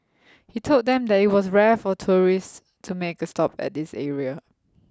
he told them that it was rare for tourists to make a stop at this area